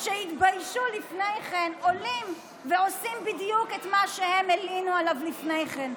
שהתביישו לפני כן היו עולים ועושים בדיוק את מה שהם הלינו עליו לפני כן.